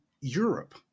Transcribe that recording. Europe